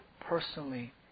personally